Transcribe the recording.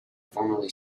formerly